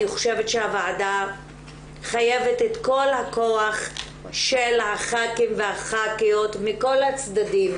אני חושבת שהוועדה חייבת את כל הכוח של הח"כים והח"כיות מכל הצדדים,